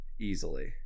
Easily